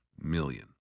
million